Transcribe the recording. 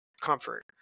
comfort